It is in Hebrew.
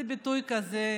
זה ביטוי כזה צבאי,